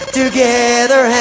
together